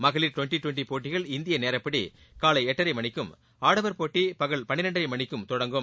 மகளிர் டுவெண்டிடுவெண்டிபோட்டிகள் இந்தியநேரப்படிகாலைஎட்டரைமணிக்கும் ஆடவர் போட்டிபகல் பன்னிரண்டரைமணிக்கும் தொடங்கும்